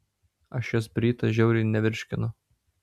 aš jos bryto žiauriai nevirškinu